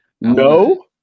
No